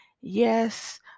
yes